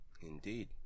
Indeed